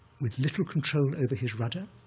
with little control over his rudder,